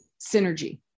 synergy